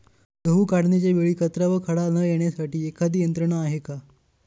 गहू काढणीच्या वेळी कचरा व खडा न येण्यासाठी एखादी यंत्रणा आहे का?